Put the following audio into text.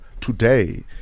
today